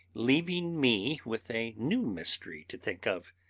leaving me with a new mystery to think of,